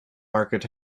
market